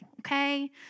okay